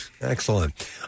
Excellent